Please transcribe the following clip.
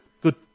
good